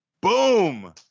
Boom